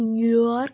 New York